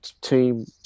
team